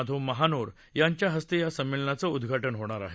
धो महानोर यांच्या हस्ते या संमेलनाचं उद्घाटन होणार आहे